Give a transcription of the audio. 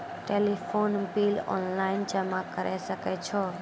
Telephone bill online जमा करै सकै छौ?